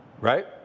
right